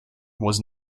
was